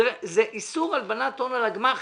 זה איסור הלבנת הון על הגמ"חים.